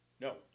No